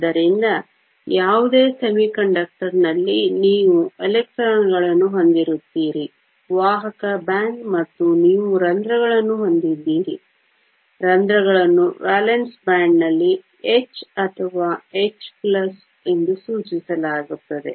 ಆದ್ದರಿಂದ ಯಾವುದೇ ಅರೆವಾಹಕದಲ್ಲಿ ನೀವು ಎಲೆಕ್ಟ್ರಾನ್ಗಳನ್ನು ಹೊಂದಿರುತ್ತೀರಿ ವಾಹಕ ಬ್ಯಾಂಡ್ ಮತ್ತು ನೀವು ರಂಧ್ರಗಳನ್ನು ಹೊಂದಿದ್ದೀರಿ ರಂಧ್ರಗಳನ್ನು ವೇಲೆನ್ಸ್ ಬ್ಯಾಂಡ್ನಲ್ಲಿ h ಅಥವಾ h plus ಎಂದು ಸೂಚಿಸಲಾಗುತ್ತದೆ